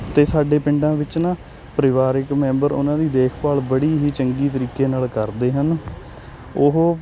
ਅਤੇ ਸਾਡੇ ਪਿੰਡਾਂ ਵਿੱਚ ਨਾ ਪਰਿਵਾਰਕ ਮੈਂਬਰ ਉਹਨਾਂ ਦੀ ਦੇਖਭਾਲ ਬੜੀ ਹੀ ਚੰਗੀ ਤਰੀਕੇ ਨਾਲ ਕਰਦੇ ਹਨ ਉਹ